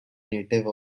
native